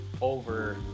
over